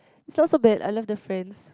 is not so bad I love the friends